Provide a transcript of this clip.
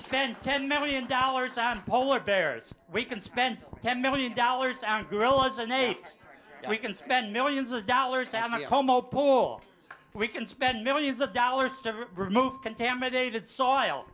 spend ten million dollars on polar bears we can spend ten million dollars on gorillas and they we can spend millions of dollars i'm a homo pool we can spend millions of dollars to remove contaminated s